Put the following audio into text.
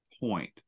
point